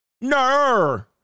No